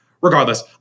regardless